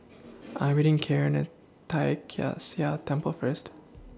I Am meeting Caryn At Tai Kak Seah Temple First